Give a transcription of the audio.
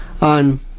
on